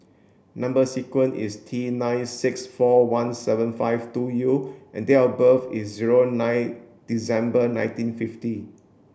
number sequence is T nine six four one seven five two U and date of birth is zero nine December nineteen fifty